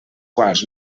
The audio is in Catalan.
quals